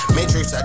Matrix